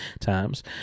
times